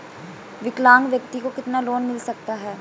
विकलांग व्यक्ति को कितना लोंन मिल सकता है?